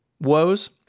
woes